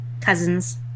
Cousins